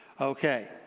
Okay